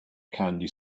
candy